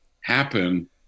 happen